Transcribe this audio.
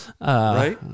right